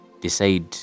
Decide